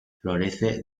florece